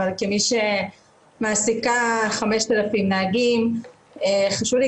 אבל כמי שמעסיקה 5,000 נהגים חשוב לי